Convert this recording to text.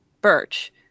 Birch